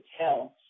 tell